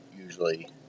usually